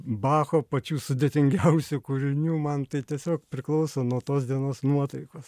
bacho pačių sudėtingiausių kūrinių man tai tiesiog priklauso nuo tos dienos nuotaikos